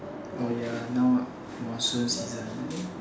oh ya now monsoon season I think